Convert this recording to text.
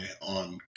on